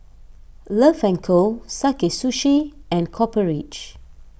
Love and Co Sakae Sushi and Copper Ridge